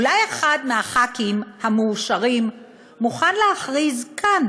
אולי אחד מחברי הכנסת המאושרים מוכן להכריז כאן